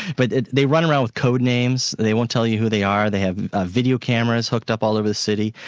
but they run around with code names, they won't tell you who they are, they have video cameras hooked up all over the city,